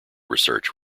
research